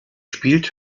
spielt